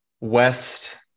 West